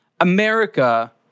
America